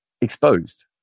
exposed